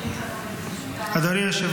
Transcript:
אדוני משפטן,